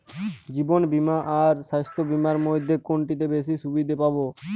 জীবন বীমা আর স্বাস্থ্য বীমার মধ্যে কোনটিতে বেশী সুবিধে পাব?